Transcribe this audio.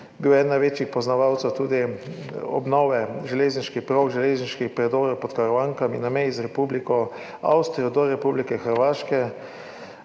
eden največjih poznavalcev, tudi obnove železniških prog, železniških predorov pod Karavankami na meji z Republiko Avstrijo do Republike Hrvaške.